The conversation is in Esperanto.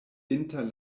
inter